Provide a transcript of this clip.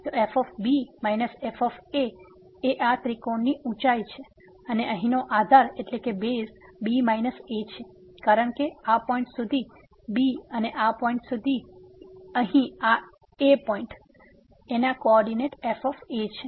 તો f f આ ત્રિકોણની આ ઉંચાઇ છે અને અહીંનો આધાર બેઝ b a છે કારણ કે આ પોઈંટ સુધી b અને આ પોઈંટ સુધી અહીં આ પોઈંટ ના કો ઓર્ડીનેટ f છે